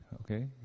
Okay